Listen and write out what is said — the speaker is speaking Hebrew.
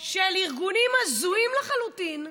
של ארגונים הזויים לחלוטין,